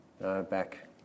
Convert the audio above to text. back